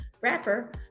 rapper